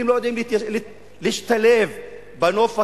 אתם לא יודעים להשתלב בנוף הקיים,